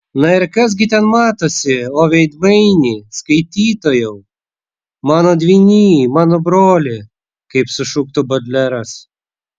na ir kas gi ten matosi o veidmainy skaitytojau mano dvyny mano broli kaip sušuktų bodleras